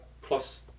Plus